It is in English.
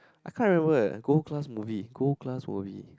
I can't remember eh gold class movie gold class movie